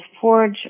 forge